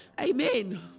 Amen